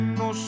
no